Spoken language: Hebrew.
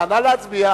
להצביע.